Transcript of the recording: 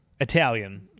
Italian